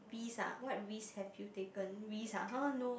risk ah what risk have you taken risk ah !huh! no